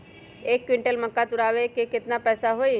एक क्विंटल मक्का तुरावे के केतना पैसा होई?